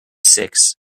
six